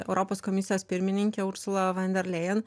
europos komisijos pirmininkė ursula van der lejen